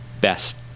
best